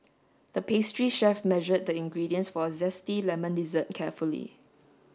the pastry chef measured the ingredients for a zesty lemon dessert carefully